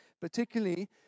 particularly